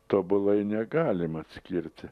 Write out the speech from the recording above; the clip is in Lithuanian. tobulai negalim atskirti